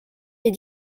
les